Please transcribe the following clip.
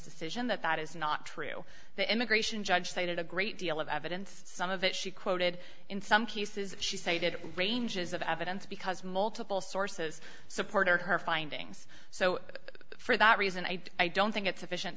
decision that that is not true the immigration judge cited a great deal of evidence some of it she quoted in some cases she cited ranges of evidence because multiple sources support her findings so for that reason i i don't think it's sufficient